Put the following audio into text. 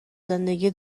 زندگی